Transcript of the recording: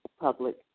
public